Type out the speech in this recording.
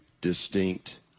distinct